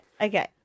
okay